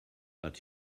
but